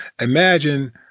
imagine